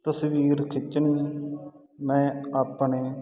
ਤਸਵੀਰ ਖਿੱਚਣੀ ਮੈਂ ਆਪਣੇ